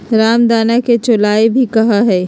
रामदाना के चौलाई भी कहा हई